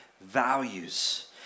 values